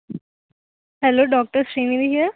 hello doctor Srinidhi here